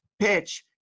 PITCH